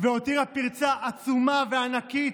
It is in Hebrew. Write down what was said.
והותירה פרצה עצומה וענקית,